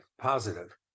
positive